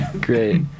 Great